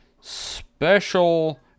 special